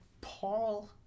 Paul